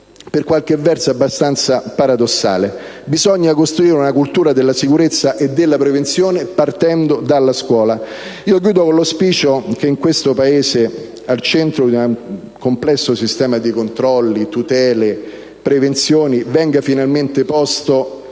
per qualche verso abbastanza paradossale. Bisogna costruire una cultura della sicurezza e della prevenzione partendo dalla scuola. Chiudo con l'auspicio che in questo Paese, al centro di un complesso sistema di controlli, tutele e prevenzioni, venga finalmente posto